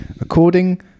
According